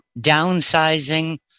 downsizing